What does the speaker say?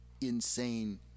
insane